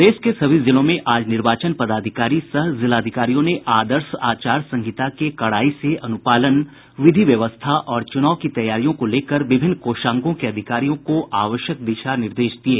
प्रदेश के सभी जिलों में आज निर्वाचन पदाधिकारी सह जिलाधिकारियों ने आदर्श आचार संहिता के कड़ाई से अनुपालन विधि व्यवस्था और चुनाव की तैयारियों को लेकर विभिन्न कोषांगों के अधिकारियों को आवश्यक दिशा निर्देश दिये